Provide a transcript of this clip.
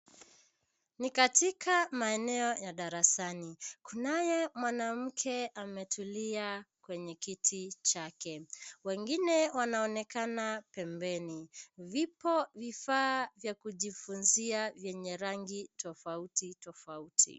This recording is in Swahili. Ni katika maeneo ya darasani. Kunaye mwanamke ametulia kwenye kiti chake. Wengine wanaonekana pembeni. Vipo vifaa vya kujifunzia vyenye rangi tofauti tofauti.